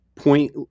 point